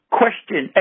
question